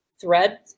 thread